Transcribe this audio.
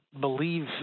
believe